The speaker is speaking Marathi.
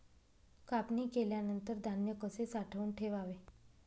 कापणी केल्यानंतर धान्य कसे साठवून ठेवावे?